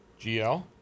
GL